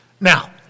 Now